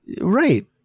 Right